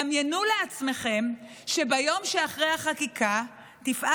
דמיינו לעצמכם שביום שאחרי החקיקה תפעל